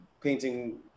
painting